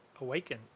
awaken